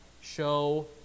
show